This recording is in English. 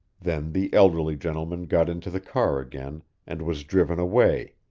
then the elderly gentleman got into the car again and was driven away,